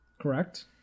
Correct